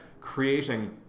creating